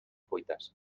fuites